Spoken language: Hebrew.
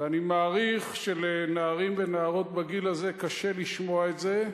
ואני מעריך שלנערים ולנערות בגיל הזה קשה לשמוע את זה,